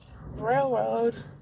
railroad